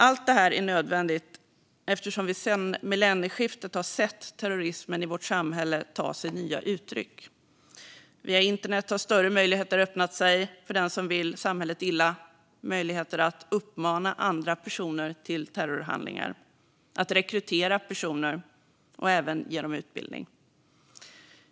Allt detta är nödvändigt, eftersom vi sedan millennieskiftet har sett terrorismen i vårt samhälle ta sig nya uttryck. Via internet har större möjligheter öppnat sig för den som vill samhället illa att uppmana andra personer till terrorhandlingar, att rekrytera personer och även att ge dem utbildning.